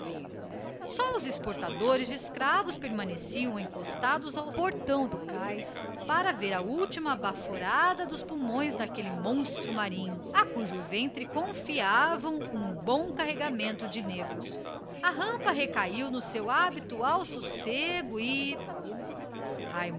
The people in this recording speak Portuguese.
navio só os exportadores de escravos permaneciam encostados ao portão do cais para ver a última baforada do monstro a que confiavam um bom carregamento de negros a rampa recaiu afinal no seu habitual sossego e